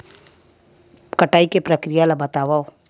कटाई के प्रक्रिया ला बतावव?